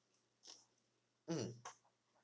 mm